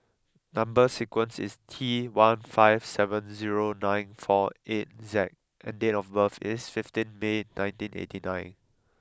number sequence is T one five seven zero nine four eight Z and date of birth is fifteenth May nineteen eighty nine